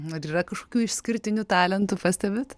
ar yra kažkokių išskirtinių talentų pastebit